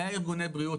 לארגוני בריאות,